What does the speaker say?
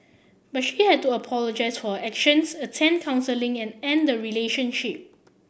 but she had to apologise for actions attend counselling and end the relationship